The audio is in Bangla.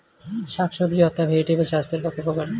শাকসবজি অর্থাৎ ভেজিটেবল স্বাস্থ্যের পক্ষে উপকারী